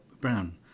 brown